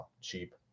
cheap